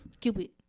Cupid